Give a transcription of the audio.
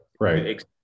Right